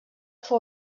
fou